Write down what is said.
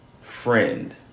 friend